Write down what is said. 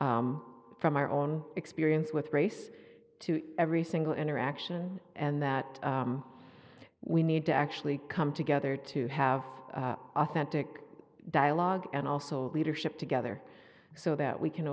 from our own experience with grace to every single interaction and that we need to actually come together to have authentic dialogue and also leadership together so that